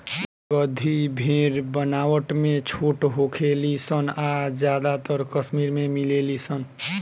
गद्दी भेड़ बनावट में छोट होखे ली सन आ ज्यादातर कश्मीर में मिलेली सन